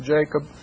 Jacob